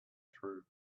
through